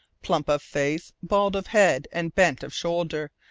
plump of face, bald of head, and bent of shoulder,